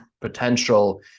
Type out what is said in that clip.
potential